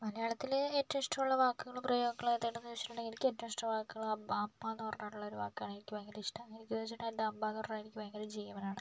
മലയാളത്തിലെ ഏറ്റവും ഇഷ്ടമുള്ള വാക്ക് എന്ന് പറയാൻ എന്തെ ഉണ്ടോയെന്ന് ചോദിച്ചിട്ടുണ്ടെങ്കിൽ എനിക്ക് ഏറ്റവും ഇഷ്ടുള്ള വാക്ക്കള് അമ്മ അമ്മാന്ന് പറഞ്ഞിട്ടുള്ള ഒരു വാക്കാണ് എനിക്ക് ഭയങ്കര ഇഷ്ടം എന്താന്ന് വെച്ചിട്ടുണ്ടെങ്കിൽ എൻറ അമ്മാന്ന് പറഞ്ഞാൽ എനിക്ക് ഭയങ്കര ജീവനാണ്